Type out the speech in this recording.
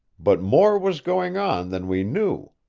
but more was going on than we knew.